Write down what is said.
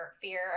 fear